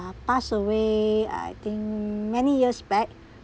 passed away I think many years back